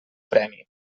premi